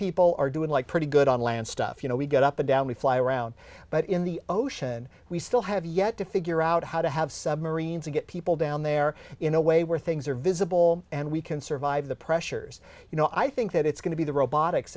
people are doing like pretty good on land stuff you know we get up and down we fly around but in the ocean we still have yet to figure out how to have submarines and get people down there in a way where things are visible and we can survive the pressures you know i think that it's going to be the robotics